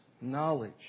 knowledge